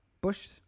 Bush